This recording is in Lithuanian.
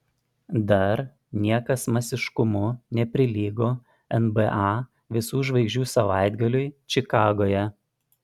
dar niekas masiškumu neprilygo nba visų žvaigždžių savaitgaliui čikagoje